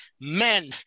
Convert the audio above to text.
men